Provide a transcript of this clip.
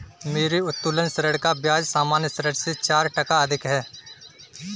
मेरे उत्तोलन ऋण का ब्याज सामान्य ऋण से चार टका अधिक है